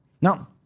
Now